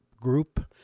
group